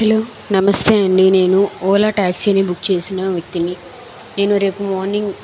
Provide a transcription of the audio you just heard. hello నమస్తే అండి నేను ఓలా టాక్సీ ని బుక్ చేసిన వ్యక్తిని నేను రేపు మార్నింగ్